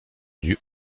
n’eût